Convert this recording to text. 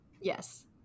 Yes